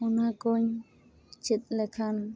ᱚᱱᱟᱠᱚᱧ ᱪᱮᱫ ᱞᱮᱠᱷᱟᱱ